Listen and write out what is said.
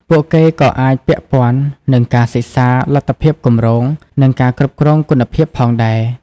ពួកគេក៏អាចពាក់ព័ន្ធនឹងការសិក្សាលទ្ធភាពគម្រោង និងការគ្រប់គ្រងគុណភាពផងដែរ។